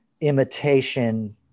imitation